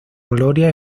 gloria